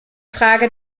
frage